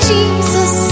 Jesus